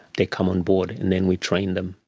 they come on board and then we train them.